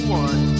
one